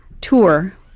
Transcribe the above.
tour